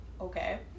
okay